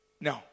No